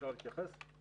אפשר להתייחס?